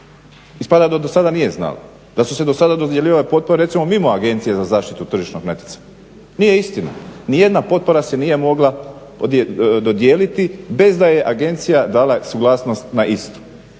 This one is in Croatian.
Ispada da do sada nije znala, da su se do sada dodjeljivale potpore recimo mimo AZTN-a. Nije istina, nijedna potpora se nije mogla dodijeliti bez da je agencija dala suglasnost na istu